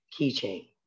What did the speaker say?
keychain